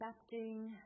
accepting